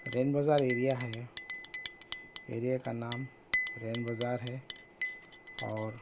رین Bazaar area ہے area کا نام رین بازار ہے اور